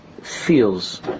feels